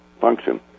function